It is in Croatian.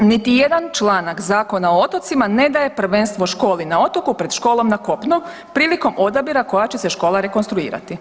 Niti jedan članak Zakona o otocima ne daje prvenstveno školi na otoku pred školom na kopnu prilikom odabira koja će se škola rekonstruirati.